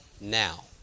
now